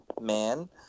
man